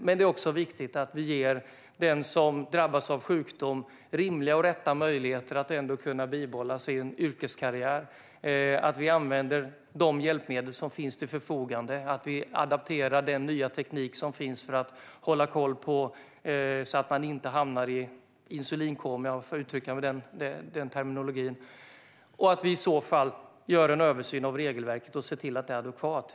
Men det är också viktigt att vi ger den som drabbas av sjukdom rimliga och rätta möjligheter att bibehålla sin yrkeskarriär. Vi ska använda de hjälpmedel som står till förfogande. Vi ska adaptera den nya teknik som finns för att hålla koll på att man inte hamnar i insulinkoma - om jag får uttrycka mig med den terminologin. Vi ska i förekommande fall göra en översyn av regelverket och se till att det är adekvat.